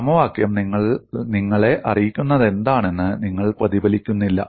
സമവാക്യം നിങ്ങളെ അറിയിക്കുന്നതെന്താണെന്ന് നിങ്ങൾ പ്രതിഫലിപ്പിക്കുന്നില്ല